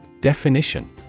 Definition